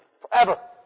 forever